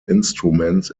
instruments